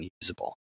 unusable